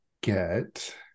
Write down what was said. get